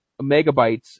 megabytes